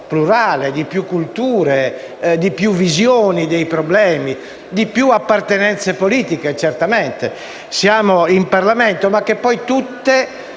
di più culture, di più visioni dei problemi, di più appartenenze politiche certamente - siamo in Parlamento - ma tutte